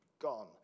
gone